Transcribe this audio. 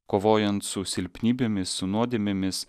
kovojant su silpnybėmis su nuodėmėmis